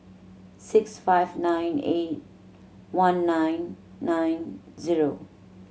six five nine eight one nine nine zero